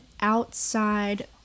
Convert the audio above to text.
outside